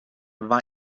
war